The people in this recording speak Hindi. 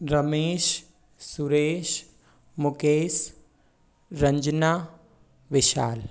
रमेश सुरेश मुकेश रंजना विशाल